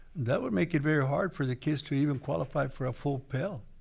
that would make it very hard for the kids to even qualify for a full pell,